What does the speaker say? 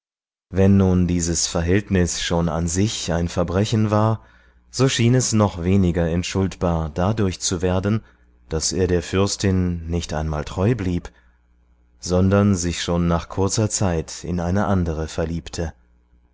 wenn nun dies verhältnis schon an sich ein verbrechen war so schien es noch weniger entschuldbar dadurch zu werden daß er der fürstin nicht einmal treu blieb sondern sich schon nach kurzer zeit in eine andere verliebte